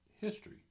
history